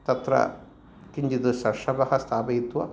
तत्र किञ्चित् सर्षपः स्थापयित्वा